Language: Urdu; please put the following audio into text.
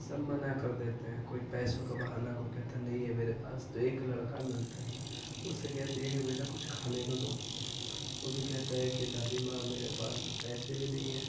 سب منع کر دیتے ہیں کوئی پیسوں کا بہانہ کوئی کہتا ہے نہیں ہے میرے پاس تو ایک لڑکا ملتا ہے اس سے کہتی ہے کہ بیٹا کچھ کھانے کو دو وہ بھی کہتا ہے کہ دادی ماں میرے پاس تو پیسے بھی نہیں ہیں